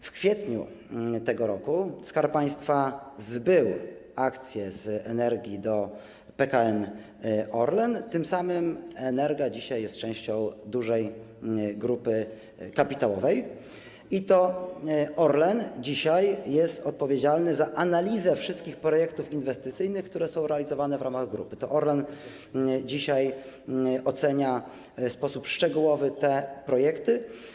W kwietniu tego roku Skarb Państwa zbył akcje z Energi do PKN Orlen, tym samym Energa jest dzisiaj częścią dużej grupy kapitałowej i to Orlen jest odpowiedzialny za analizę wszystkich projektów inwestycyjnych, które są realizowane w ramach grupy, to Orlen dzisiaj ocenia w sposób szczegółowy te projekty.